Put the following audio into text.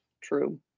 True